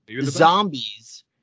zombies